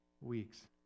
weeks